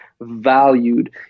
valued